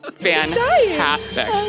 fantastic